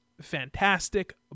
fantastic